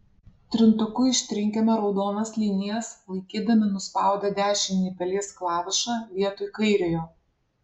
trintuku ištrinkime raudonas linijas laikydami nuspaudę dešinįjį pelės klavišą vietoj kairiojo